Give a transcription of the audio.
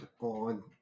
on